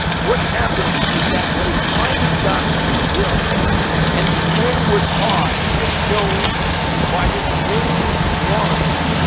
what happened is that when it finally got to brazil and the end was high, as shown by this green line,